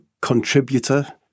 contributor